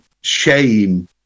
shame